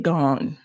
Gone